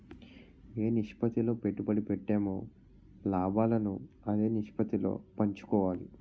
ఏ నిష్పత్తిలో పెట్టుబడి పెట్టామో లాభాలను అదే నిష్పత్తిలో పంచుకోవాలి